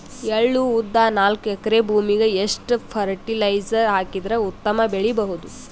ಎಳ್ಳು, ಉದ್ದ ನಾಲ್ಕಎಕರೆ ಭೂಮಿಗ ಎಷ್ಟ ಫರಟಿಲೈಜರ ಹಾಕಿದರ ಉತ್ತಮ ಬೆಳಿ ಬಹುದು?